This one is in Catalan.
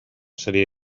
seria